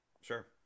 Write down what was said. Sure